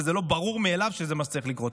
ושזה לא ברור מאליו שזה מה שצריך לקרות.